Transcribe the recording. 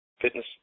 fitness